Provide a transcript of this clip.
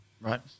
right